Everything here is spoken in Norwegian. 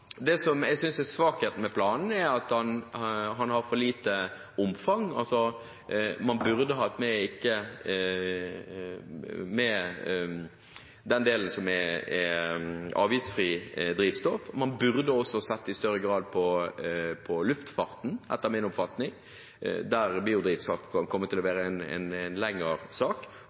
Det jeg synes er svakheten med planen, er at den har for lite omfang. Man burde hatt med den delen som gjelder avgiftsfritt drivstoff. Man burde etter min oppfatning også i større grad sett på luftfarten, der biodrivstoff kan komme til å bli en